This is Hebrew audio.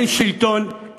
אין שלטון,